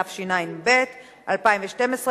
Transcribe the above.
התשע"ב 2012,